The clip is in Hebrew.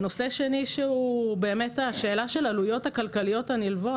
הנושא השני הוא השאלה של העלויות הכלכליות הנלוות.